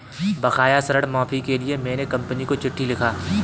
बकाया ऋण माफी के लिए मैने कंपनी को चिट्ठी लिखा है